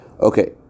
Okay